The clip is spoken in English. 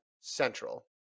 Central